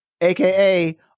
aka